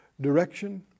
direction